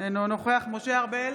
אינו נוכח משה ארבל,